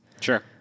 Sure